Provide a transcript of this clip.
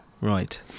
right